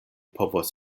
povos